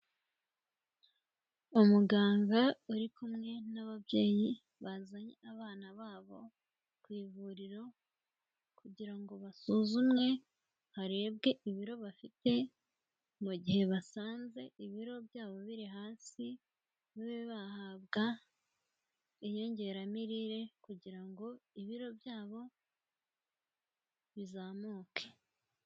Umuganga uri kumwe n'ababyeyi bazanye abana babo ku ivuriro kugira ngo basuzumwe harebwe ibiro bafite, mu gihe basanze ibiro byabo biri hasi babe bahabwa inyongeramirire kugira ngo ibiro byabo bizamuke.